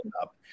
up